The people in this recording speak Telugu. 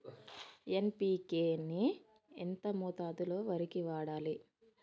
ఎన్.పి.కే ని ఎంత మోతాదులో వరికి వాడాలి?